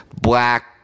Black